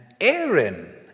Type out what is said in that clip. Aaron